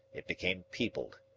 it became peopled.